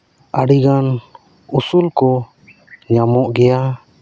ᱟᱹᱰᱤᱜᱟᱱ ᱩᱥᱩᱞ ᱠᱚ ᱧᱟᱢᱚᱜ ᱜᱮᱭᱟ